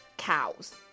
Cows